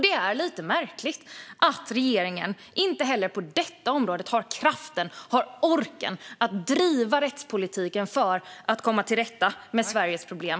Det är lite märkligt att regeringen inte heller på detta område har kraften och orken att driva en rättspolitik för att komma till rätta med Sveriges problem.